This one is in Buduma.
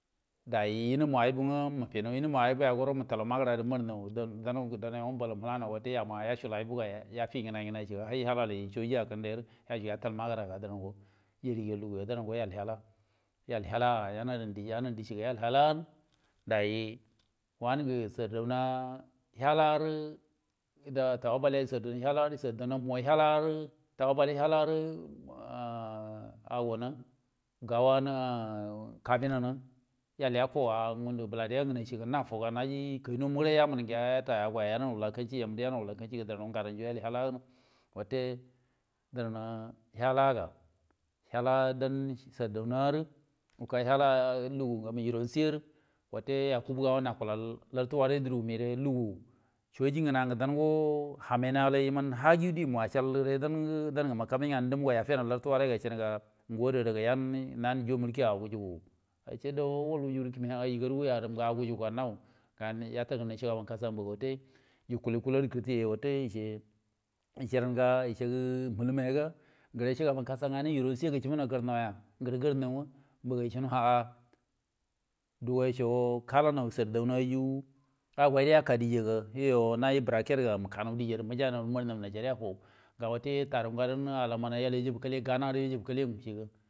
Dai yinimu aibungo mufino yinumu albunga dai mufiroya dai matalau magra marno dan ma dau yenge mbalau yafi ngennai ngenai nge chol hai halalai soji akan de gal magira ga dan go yeriga ngo lugu yo hala, yal lo hala ah yan yen decinga yel halla dai wangi sardauna helarie tafabalewan co halarie, sardauna mo hala nge hallan gawange kabinge yal ya koa bilangede a yukoi hoga yaji kirmonmu ri yamunga yatawo gowa yanundu lakaciya lakkaciya yidaga ngadan yel yi haba dirann hala nga hala dan sardauna mori uka hela lugun ngamu ironsi yen ye yakubu gawon ikalange larti waranga naure lugu soji ngena ge danwo hamaini yumai hage yo dimu ecal liwo ye dinge mukamin gaon ge kette wo ora wogera ngo adea adea ri yan nan yen juyen mulki gede gau yujingu wal wuyugur kimi ah au rugu ai garin ge nau yata ngena shugaban kasa geri yukul yukul gede yo kirtiyen ece ece yen nga yicege muhilinga na shugaban kasa ironsi gacibuno garnoye garro nga ecino ah dawaico halano sardauna yowu agoi uka diyya yo nji buraket ga an diyyarə dayi yen najeriya yin taro nga den yijibu gila ghana yu.